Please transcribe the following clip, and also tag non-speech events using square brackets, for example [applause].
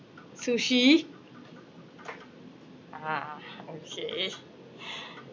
sushi ah okay [noise]